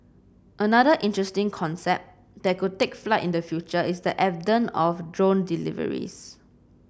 another interesting concept that could take flight in the future is the advent of drone deliveries